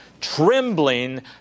Trembling